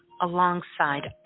alongside